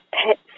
pets